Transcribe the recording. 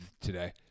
today